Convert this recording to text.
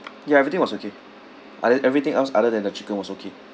ya everything was okay uh then everything else other than the chicken was okay